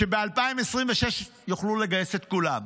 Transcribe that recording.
שב-2026 יוכלו לגייס את כולם.